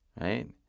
right